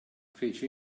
fece